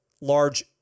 large